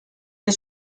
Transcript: que